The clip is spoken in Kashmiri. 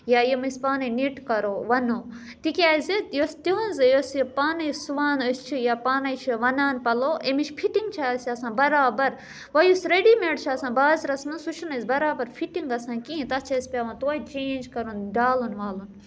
یا یِم أسۍ پانَے نِٹ کَرو وَنو تِکیٛازِ یۄس تِہٕنٛز یۄس یہِ پانَے سُوان أسۍ چھِ یا پانے چھِ وَنان پَلو امِچ فِٹِنٛگ چھِ اَسہِ آسان بَرابَر وٕں یُس ریڈی میڈ چھُ آسان بازرَس مَنٛز سُہ چھُنہٕ أسہِ بَرابَر فِٹِنٛگ گژھان کِہیٖنۍ تَتھ چھِ اَسہِ پیٚوان توتہِ چینٛج کَرُن ڈالُن والُن